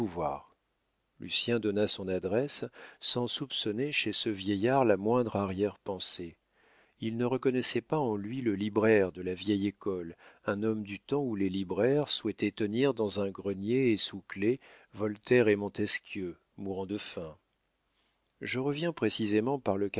voir lucien donna son adresse sans soupçonner chez ce vieillard la moindre arrière-pensée il ne reconnaissait pas en lui le libraire de la vieille école un homme du temps où les libraires souhaitaient tenir dans un grenier et sous clef voltaire et montesquieu mourant de faim je reviens précisément par le